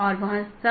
एक है स्टब